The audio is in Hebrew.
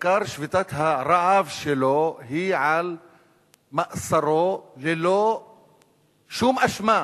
עיקר שביתת הרעב שלו היא על מאסרו ללא שום אשמה.